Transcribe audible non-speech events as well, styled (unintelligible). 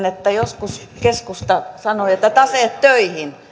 (unintelligible) että joskus keskusta sanoi että taseet töihin